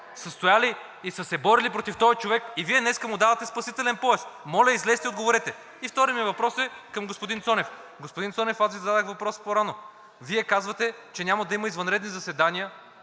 са стояли, и са се борили против този човек, и Вие днес му давате спасителен пояс? Моля, излезте и отговорете. Вторият ми въпрос е към господин Цонев. Господин Цонев, аз Ви зададох въпрос по-рано. Вие казвате, че няма да има извънредни заседания,